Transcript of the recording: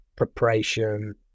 preparation